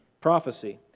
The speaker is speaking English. prophecy